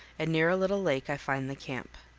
and near a little lake i find the camp.